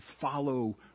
follow